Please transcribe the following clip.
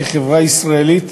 כחברה ישראלית,